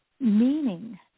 meaning